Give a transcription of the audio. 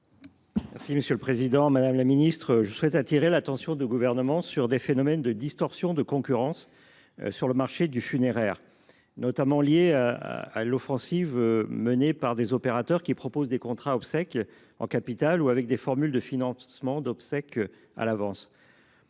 sociale et solidaire. Madame la ministre, je souhaite attirer l’attention du Gouvernement sur des phénomènes de distorsion de concurrence sur le marché du funéraire qui sont liés notamment à l’offensive menée par des opérateurs proposant des contrats obsèques en capital ou des formules de financement d’obsèques à l’avance.